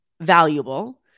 valuable